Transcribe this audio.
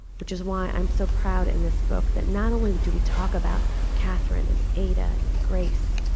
which is why i'm so proud in this book, that not only do we talk about katherine, and ada, and grace,